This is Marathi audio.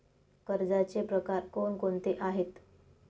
कर्जाचे प्रकार कोणकोणते आहेत?